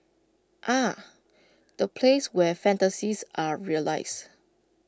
ah the place where fantasies are realised